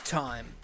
time